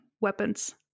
weapons